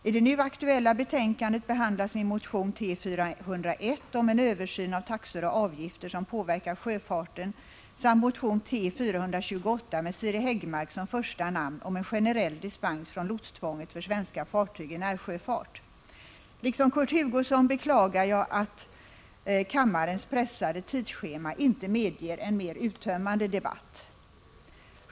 I det nu aktuella betänkandet behandlas min motion T401 om en översyn av taxor och avgifter som påverkar sjöfarten samt motion T428, med Siri Häggmark som första namn, om en generell dispens från lotstvånget för svenska fartyg i närsjöfart. Liksom Kurt Hugosson beklagar jag att kammarens pressade tidsschema inte medger en mer uttömmande debatt.